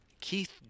Keith